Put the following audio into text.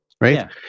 right